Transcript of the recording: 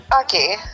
Okay